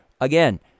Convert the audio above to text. Again